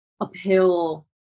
uphill